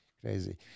crazy